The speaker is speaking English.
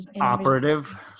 Operative